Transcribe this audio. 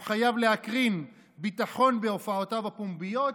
הוא חייב להקרין ביטחון בהופעותיו הפומביות,